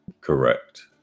Correct